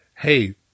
Hey